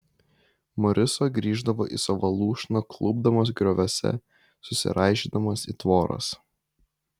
moriso grįždavo į savo lūšną klupdamas grioviuose susiraižydamas į tvoras